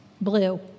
Blue